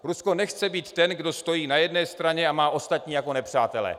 Rusko nechce být ten, kdo stojí na jedné straně a má ostatní jako nepřátele.